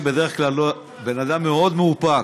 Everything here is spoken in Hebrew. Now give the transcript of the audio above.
אני בדרך כלל בן-אדם מאוד מאופק.